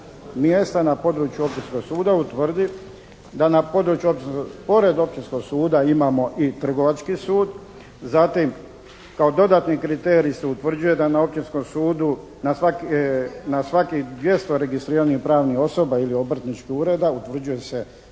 mjesta na području općinskog suda utvrdi da pored općinskog suda imamo i trgovački sud. Zatim, kao dodatni kriterij se utvrđuje da na općinskom sudu na svakih 200 registriranih pravnih osoba ili obrtničkih ureda utvrđuje se